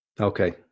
Okay